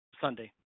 Sunday